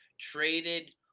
traded